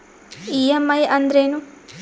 EMI ಅಂದ್ರೇನು?